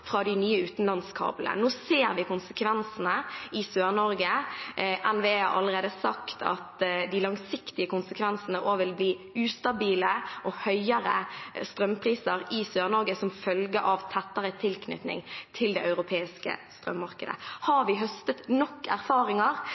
fra de nye utenlandskablene. Nå ser vi konsekvensene i Sør-Norge. NVE har allerede sagt at de langsiktige konsekvensene også vil bli ustabile og høyere strømpriser i Sør-Norge som følge av tettere tilknytning til det europeiske strømmarkedet. Har vi høstet nok erfaringer